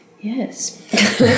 Yes